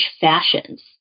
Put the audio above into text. fashions